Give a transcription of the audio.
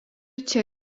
čia